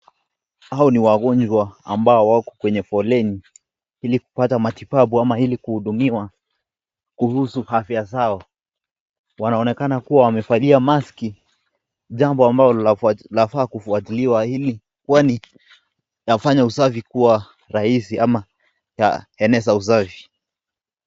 Hao ni wagonjwa ambao wako kwenye foleni ili kupata matibabu ama ili kuhudumiwa kuhusu afya zao. Wanaonekana kuwa wamevalia maski jambo ambalo linafaa kufuatiliwa kwani inafanya usafi kuwa rahisi ama inaeneza usafi.